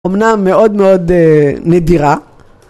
אומנם מאוד מאוד נדירה